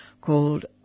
called